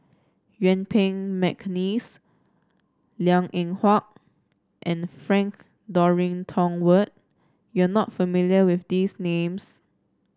Yuen Peng McNeice Liang Eng Hwa and Frank Dorrington Ward you are not familiar with these names